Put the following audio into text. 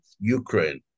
Ukraine